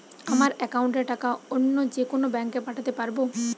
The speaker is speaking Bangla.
আমার একাউন্টের টাকা অন্য যেকোনো ব্যাঙ্কে পাঠাতে পারব?